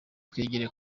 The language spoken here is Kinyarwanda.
twigire